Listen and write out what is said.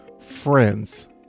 friends